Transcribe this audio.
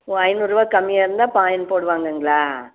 ஓ ஐநூறு ருபா கம்மியாக இருந்தால் ஃபயின் போடுவாங்களா